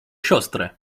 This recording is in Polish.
siostrę